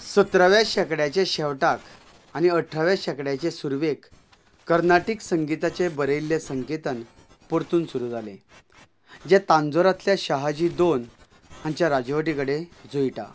सतराव्या शेंकड्याच्या शेवटाक आनी अठराव्या शेंकड्याचे सुरवेक कर्नाटीक संगीताचे बरयल्ले संकेतन परतून सुरू जाले जे तांजोरांतल्या शाहाजी दोन हांच्या राजवटी कडेन जुळटा